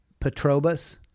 Petrobus